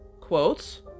quotes